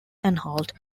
anhalt